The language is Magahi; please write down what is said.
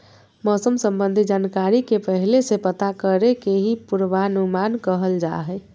मौसम संबंधी जानकारी के पहले से पता करे के ही पूर्वानुमान कहल जा हय